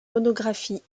monographies